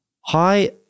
Hi